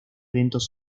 eventos